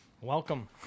Welcome